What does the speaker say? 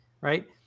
Right